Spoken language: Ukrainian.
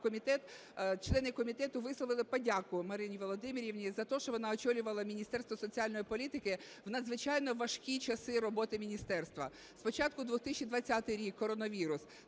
члени комітету висловили подяку Марині Володимирівні за те, що вона очолювала Міністерство соціальної політики в надзвичайно важкі часи роботи міністерства: спочатку 2020 рік – коронавірус,